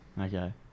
Okay